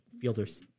fielders